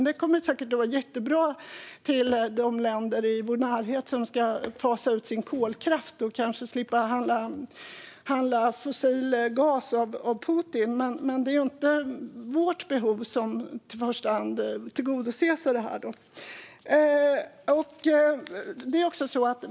Det kommer säkert att vara jättebra för de länder i vår närhet som ska fasa ut sin kolkraft att kanske slippa handla fossil gas av Putin, men det är ju inte vårt behov som i första hand tillgodoses av detta.